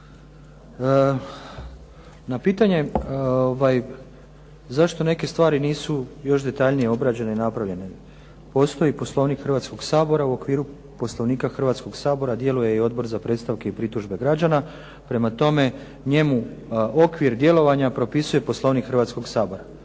Na pitanje zašto neke stvari nisu još detaljnije obrađene i napravljene. Postoji Poslovnik Hrvatskog sabora u okviru Poslovnika Hrvatskog sabora djeluje i Odbor za predstavke i pritužbe građana, prema tome njemu okvir djelovanja propisuje Poslovnik Hrvatskog sabora,